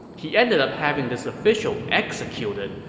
he ended up having this official executed,